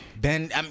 Ben